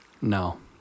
No